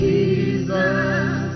Jesus